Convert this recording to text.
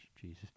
Jesus